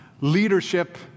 leadership